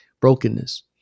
brokenness